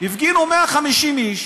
הפגינו 150 איש,